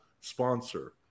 sponsor